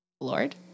Lord